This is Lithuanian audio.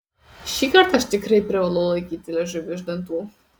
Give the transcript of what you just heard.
šįkart aš tikrai privalau laikyti liežuvį už dantų